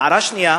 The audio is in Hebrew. הערה שנייה,